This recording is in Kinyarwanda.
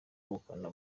ubukana